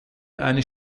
eine